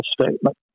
statement